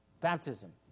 baptism